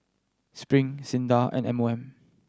Spring SINDA and M O M